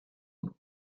room